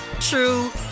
true